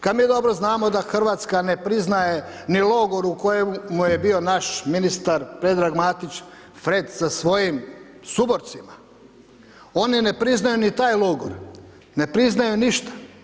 Kada mi dobro znamo da Hrvatska ne priznaje ni logor u kojemu je bio naš ministar Predrag Matić, Fred sa svojim suborcima, oni ne priznaju ni taj logor, ne priznaju ništa.